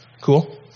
Cool